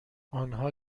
آنها